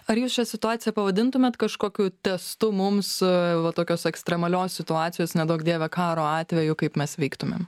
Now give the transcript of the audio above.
ar jūs šią situaciją pavadintumėt kažkokiu testu mums va tokios ekstremalios situacijos neduok dieve karo atveju kaip mes veiktumėm